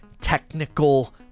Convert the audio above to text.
technical